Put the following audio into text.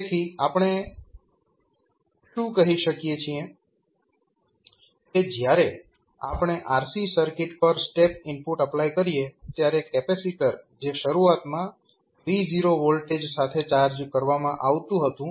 તેથી આપણે શું કહી શકીએ કે જ્યારે આપણે RC સર્કિટ પર સ્ટેપ ઇનપુટ એપ્લાય કરીએ ત્યારે કેપેસિટર જે શરૂઆતમાં V0 વોલ્ટેજ સાથે ચાર્જ કરવામાં આવતું હતું